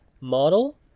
model